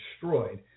destroyed